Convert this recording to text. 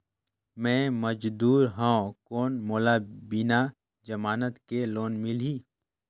मे मजदूर हवं कौन मोला बिना जमानत के लोन मिलही?